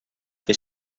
fer